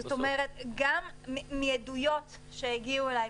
גם מעדויות שהגיעו אליי,